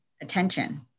attention